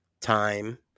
time